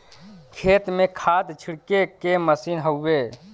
खेत में खाद छिड़के के मसीन हउवे